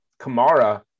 Kamara